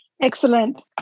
excellent